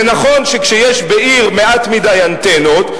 זה נכון שכשיש בעיר מעט מדי אנטנות,